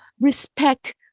respect